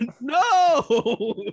No